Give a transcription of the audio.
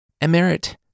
Emerit